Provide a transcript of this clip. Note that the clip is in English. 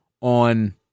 on